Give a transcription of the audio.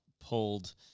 pulled